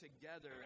together